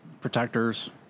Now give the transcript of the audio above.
protectors